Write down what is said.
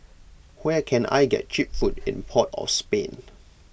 where can I get Cheap Food in Port of Spain